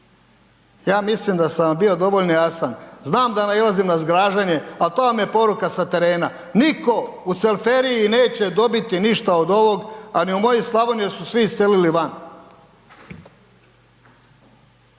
Ja mislim da sam vam bio dovoljno jasan, znam da nailazim na zgražanje ali to vam je poruka sa terena, nitko u cvelferiji neće dobiti ništa od ovog a ni u mojoj Slavoniji jer su svi iselili van.